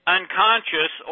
unconscious